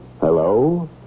Hello